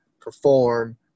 perform